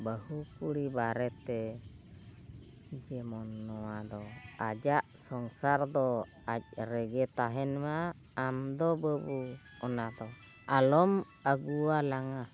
ᱵᱟᱹᱦᱩ ᱠᱩᱲᱤ ᱵᱟᱨᱮᱛᱮ ᱡᱮᱢᱚᱱ ᱱᱚᱣᱟ ᱫᱚ ᱟᱡᱟᱜ ᱥᱚᱝᱥᱟᱨ ᱫᱚ ᱟᱡ ᱨᱮᱜᱮ ᱛᱟᱦᱮᱱᱢᱟ ᱟᱢᱫᱚ ᱵᱟᱹᱵᱩ ᱚᱱᱟᱫᱚ ᱟᱞᱚᱢ ᱟᱹᱜᱩᱣᱟ ᱞᱟᱝᱜᱟ